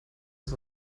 das